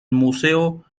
museo